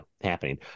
happening